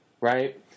right